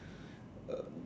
uh